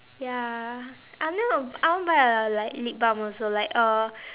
ya I know I want to buy a like lip balm also like uh